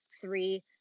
three